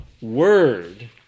word